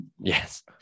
Yes